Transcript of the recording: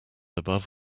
above